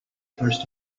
first